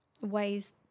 ways